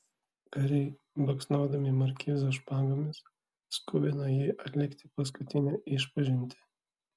kariai baksnodami markizą špagomis skubino jį atlikti paskutinę išpažintį